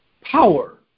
Power